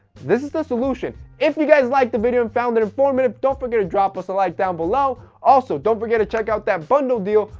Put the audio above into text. this is the solution. if you guys liked the video and found it informative, don't forget to drop us a like down below. also don't forget to check out that bundle deal,